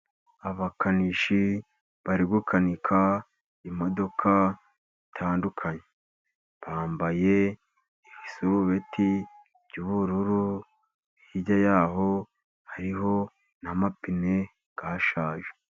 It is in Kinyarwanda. Abakanishi bari gukanika imodoka zitandukanye, bambaye ibisurubeti by'ubururu, hirya y'aho hariho n'amapine yashaje.